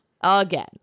again